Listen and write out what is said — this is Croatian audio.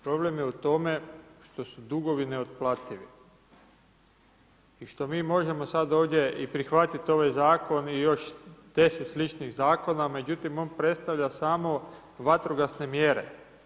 Problem je u tome što su dugovi neotplativi i što mi možemo sada ovdje i prihvatit ovaj zakon i još 10 sličnih zakona, međutim on predstavlja samo vatrogasne mjere.